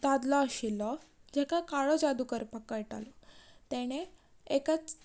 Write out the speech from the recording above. दादलो आशिल्लो जाका काळो जादू करपाक कळटालो ताणें एका च्